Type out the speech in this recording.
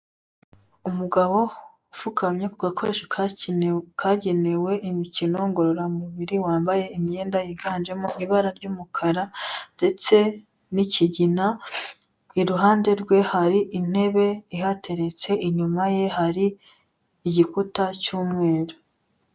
Umugabo upfukamye ku gakoresho kakene kagenewe imikino ngororamubiri wambaye imyenda yiganjemo ibara ry'umukara, ndetse n'ikigina, iruhande rwe hari intebe ihateretse inyuma ye hari igikuta cy'umweru.